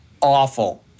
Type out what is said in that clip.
awful